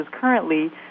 currently